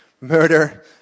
murder